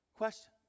Question